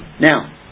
Now